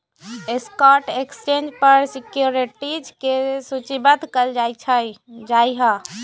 stock exchange पर securities के सूचीबद्ध कयल जाहइ